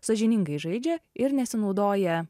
sąžiningai žaidžia ir nesinaudoja